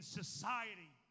society